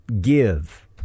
give